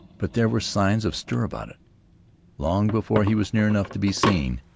but there were signs of stir about it long before he was near enough to be seen.